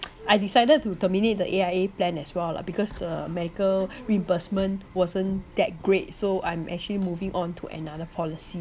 I decided to terminate the A_I_A plan as well lah because the medical reimbursement wasn't that great so I'm actually moving on to another policy